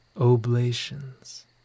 oblations